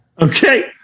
Okay